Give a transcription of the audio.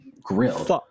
grilled